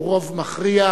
הוא רוב מכריע,